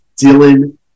dylan